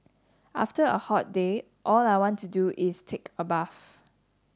after a hot day all I want to do is take a bath